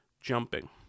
jumping